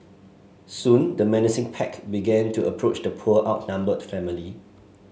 soon the menacing pack began to approach the poor outnumbered family